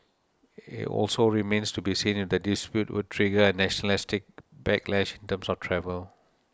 it also remains to be seen if the dispute would trigger a nationalistic backlash in terms of travel